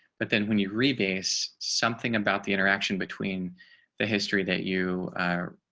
but then when you re base something about the interaction between the history that you